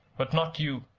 but not you.